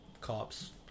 cops